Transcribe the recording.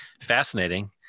Fascinating